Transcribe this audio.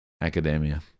Academia